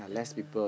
yeah